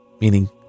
meaning